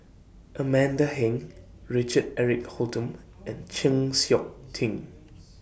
Amanda Heng Richard Eric Holttum and Chng Seok Tin